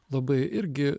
labai irgi